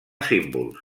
símbols